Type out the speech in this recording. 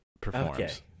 performs